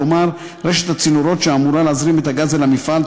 כלומר רשת הצינורות שאמורה להזרים את הגז אל המפעל,